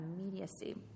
immediacy